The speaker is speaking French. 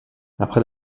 après